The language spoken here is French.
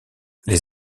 les